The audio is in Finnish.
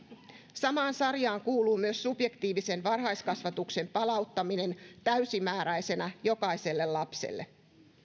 samaan sarjaan kuuluu myös subjektiivisen varhaiskasvatuksen palauttaminen täysimääräisenä jokaiselle lapselle